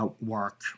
work